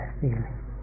feeling